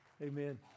Amen